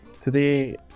Today